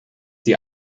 the